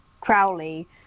Crowley